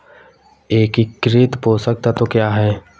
एकीकृत पोषक तत्व क्या है?